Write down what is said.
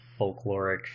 folkloric